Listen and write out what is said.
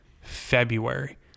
February